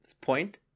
point